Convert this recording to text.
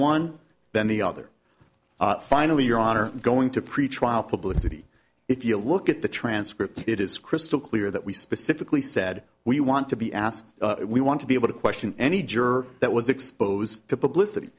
one then the other finally your honor going to pretrial publicity if you look at the transcript it is crystal clear that we specifically said we want to be asked we want to be able to question any juror that was exposed to publicity